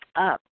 up